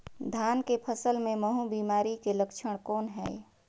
धान के फसल मे महू बिमारी के लक्षण कौन हे?